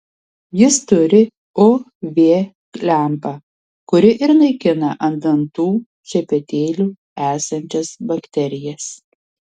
jis turi uv lempą kuri ir naikina ant dantų šepetėlių esančias bakterijas